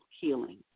healing